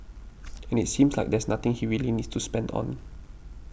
and it seems like there's nothing he really needs to spend on